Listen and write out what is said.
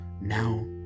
now